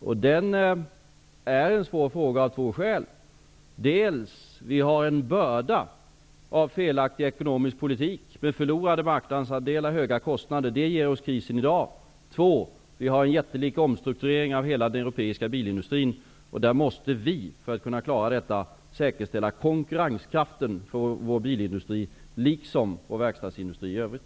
Frågan om bilindustrin är svår av två skäl: Dels har vi en börda av felaktig ekonomisk politik, med förlorade marknadsandelar och höga kostnader, vilket ger oss krisen i dag, dels har vi en jättelik omstrukturering i hela den europeiska bilindustrin. Där måste vi, för att klara detta, säkerställa konkurrenskraften för vår bilindustri liksom för vår verkstadsindustri i övrigt.